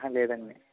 లేదండి